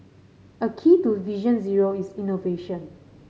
a key to Vision Zero is innovation